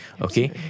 Okay